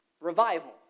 Revival